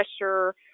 pressure